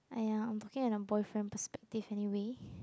!aiya! I'm talking in a boyfriend perspective anyway